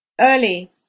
early